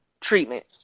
treatment